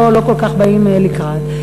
לא כל כך באים לקראת.